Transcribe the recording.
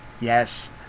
Yes